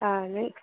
ആണ്